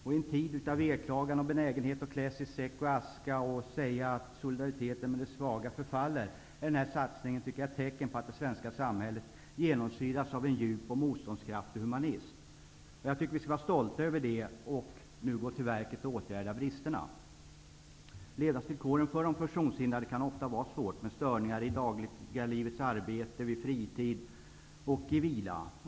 I en tid av veklagan och benägenhet att klä sig i säck och aska samt att tala om solidariteten med de svaga, är denna satsning ett tecken på att det svenska samhället genomsyras av en djup och motståndskraftig humanism. Låt oss vara stolta över detta, och låt oss gå till verket med att åtgärda bristerna. Levnadsvillkoren för funktionshindrade kan ofta vara svåra med störningar i det dagliga livets arbete, vid fritid och vila.